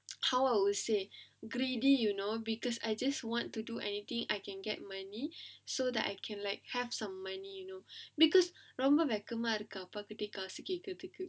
how I will say greedy you know because I just want to do anything I can get money so that I can like have some money you know because ரொம்ப வெக்கமா இருக்கு அப்பா கிட்ட காசு கேக்கிறதுக்கு:romba vekkamaa irukku appa kitta kaasu kekkiradhukku